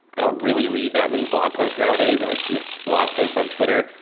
i don't really read that many blog posts nowadays. if i see a blog post on twitter,